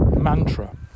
mantra